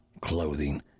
clothing